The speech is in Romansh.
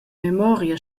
memoria